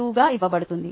2 గా ఇవ్వబడుతుంది